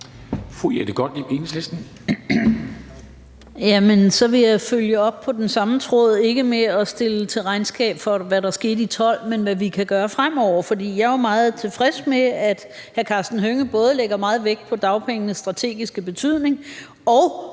Jette Gottlieb (EL): Jamen så vil jeg følge op på den samme tråd, ikke om at stille ordføreren til regnskab for, hvad der skete i 2012, men om, hvad vi kan gøre fremover. Jeg er jo meget tilfreds med, at hr. Karsten Hønge lægger meget vægt både på dagpengenes strategiske betydning og